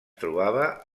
trobava